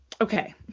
okay